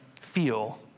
feel